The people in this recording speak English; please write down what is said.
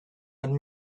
and